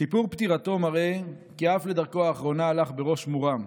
סיפור פטירתו מראה כי אף לדרכו האחרונה הלך בראש מורם.